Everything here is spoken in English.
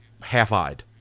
half-eyed